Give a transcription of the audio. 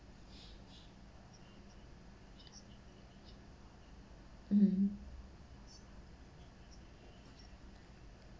mm